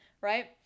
Right